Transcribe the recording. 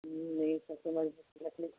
जी नहीं सबसे मज़बूत लकड़ी